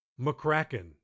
McCracken